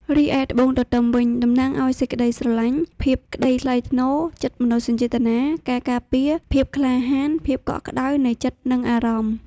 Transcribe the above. រីឯ ត្បូងទទឺមវិញ តំណាងឲ្យសេចក្ដីស្រឡាញ់ ភាពក្តីថ្លៃថ្នូរ ចិត្តមនោសញ្ចេតនា ការការពារ ភាពក្លាហាន ភាពកក់ក្ដៅនៃចិត្តនិងអារម្មណ៍។